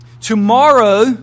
Tomorrow